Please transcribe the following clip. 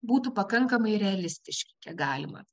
būtų pakankamai realistiški kiek galima